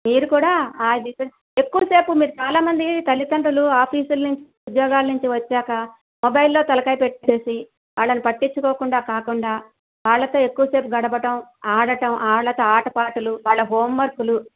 మీరు కూడా ఆ దిశగా ఎక్కువ సేపు మీరు చాలామంది తల్లిదండ్రులు ఆఫీసుల నుంచి ఉద్యోగాల నుంచి వచ్చాక మొబైల్లో తలకాయ పెట్టేసి వాళ్ళని పట్టించుకోకుండా కాకుండా వాళ్ళతో ఎక్కువ సేపు గడపడం ఆడటం వాళ్ళతో ఆటపాటలు వాళ్ళ హోంవర్కులు